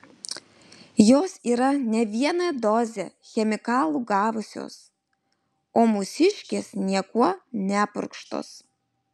jos yra ne vieną dozę chemikalų gavusios o mūsiškės niekuo nepurkštos